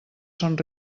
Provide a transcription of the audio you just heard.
són